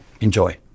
Enjoy